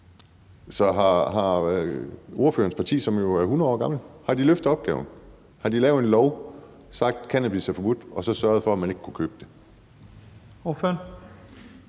Så har ordførerens parti, som jo er 100 år gammelt, løftet opgaven? Har de lavet en lov og sagt, at cannabis er forbudt, og så sørget for, at man ikke kunne købe det?